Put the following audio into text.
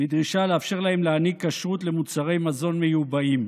בדרישה לאפשר להם להעניק כשרות למוצרי מזון מיובאים.